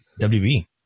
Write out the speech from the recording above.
WB